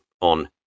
on